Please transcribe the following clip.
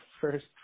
first